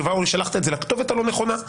--- שלחת את זה לכתובת הלא נכונה.